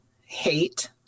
hate